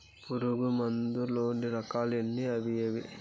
పులుగు మందు లోని రకాల ఎన్ని అవి ఏవి?